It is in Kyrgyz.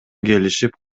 келишип